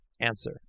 answer